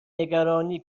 نگرانی